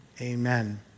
Amen